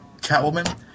Catwoman